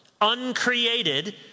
uncreated